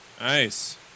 Nice